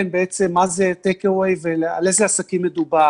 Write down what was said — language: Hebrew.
בעצם מה זה טייק-אווי ועל איזה עסקים מדובר.